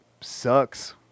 sucks